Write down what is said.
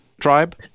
tribe